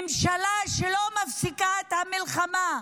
ממשלה שלא מפסיקה את המלחמה,